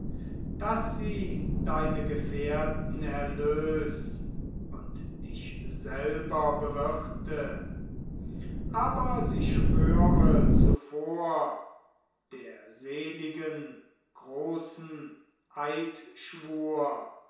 daß sie deine gefährten erlös und dich selber bewirte aber sie schwöre zuvor der seligen großen eidschwur